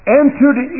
entered